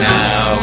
now